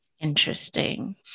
Interesting